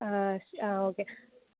ആ ശ ആ ഓക്കെ